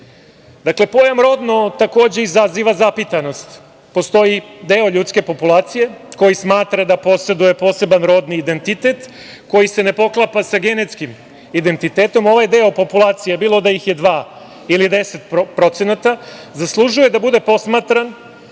pojam rodno takođe izaziva zapitanost. Postoji deo ljudske populacije koji smatra da poseduje poseban rodni identitet koji se ne poklapa sa genetskim identitetom, a ovaj deo populacije bilo da ih je dva ili deset procenata zaslužuje da bude posmatran